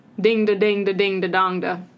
Ding-da-ding-da-ding-da-dong-da